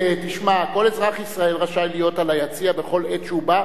כל אזרח ישראל רשאי להיות ביציע בכל עת שהוא בא,